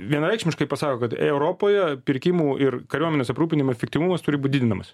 vienareikšmiškai pasako kad europoje pirkimų ir kariuomenės aprūpinimo efektyvumas turi būt didinamas